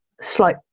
slight